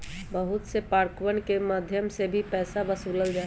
बहुत से पार्कवन के मध्यम से भी पैसा वसूल्ल जाहई